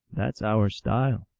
that s our style.